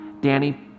Danny